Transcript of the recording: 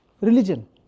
religion